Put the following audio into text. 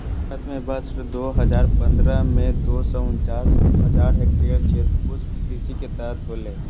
भारत में वर्ष दो हजार पंद्रह में, दो सौ उनचास हजार हेक्टयेर क्षेत्र पुष्पकृषि के तहत होले